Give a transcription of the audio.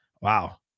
Wow